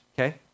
okay